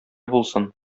булсын